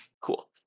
Cool